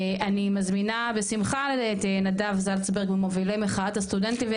אני מזמינה בשמחה את נדב זלצברג ממובילי מחאת הסטודנטים,